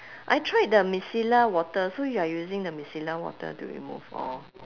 I tried the micellar water so you are using the micellar water to remove or